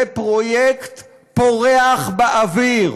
זה פרויקט פורח באוויר,